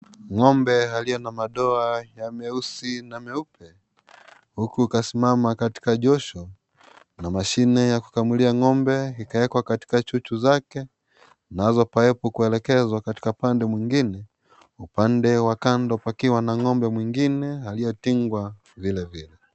Ng'ombe aliye na madoa ya meusi na meupe, huku kasimama katika josho na mashine ya kukamulia ng'ombe ikawekwa katika chuchu zake, nazo paipu kuelekezwa katika pande mwingine ,upande wa kando pakiwa na ng'ombe mwingine aliyetingwa vile vile.